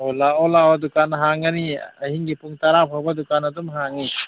ꯑꯣ ꯂꯥꯛꯑꯣ ꯂꯥꯛꯑꯣ ꯗꯨꯀꯥꯟ ꯍꯥꯡꯒꯅꯤ ꯑꯍꯤꯡꯒꯤ ꯄꯨꯡ ꯇꯔꯥ ꯐꯥꯎꯕ ꯗꯨꯀꯥꯟ ꯑꯗꯨꯝ ꯍꯥꯡꯏ